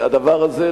הדבר הזה,